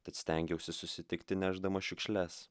tad stengiausi susitikti nešdamas šiukšles